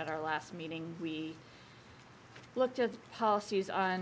at our last meeting we looked at the past use our